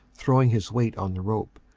throwing his weight on the rope.